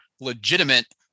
legitimate